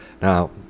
Now